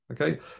Okay